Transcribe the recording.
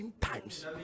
times